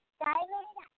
diamond